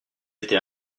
été